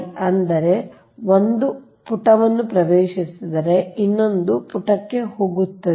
ಅಂದರೆ ಒಬ್ಬರು ಪುಟಕ್ಕೆ ಪ್ರವೇಶಿಸಿದರೆ ಇನ್ನೊಬ್ಬರು ಪುಟಕ್ಕೆ ಹೋಗುತ್ತಿದ್ದಾರೆ